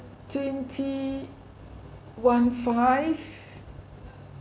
twenty one five